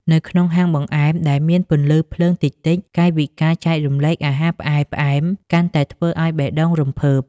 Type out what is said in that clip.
នៅក្នុងហាងបង្អែមដែលមានពន្លឺភ្លើងតិចៗ កាយវិការចែករំលែកអាហារផ្អែមៗកាន់តែធ្វើឱ្យបេះដូងរំភើប។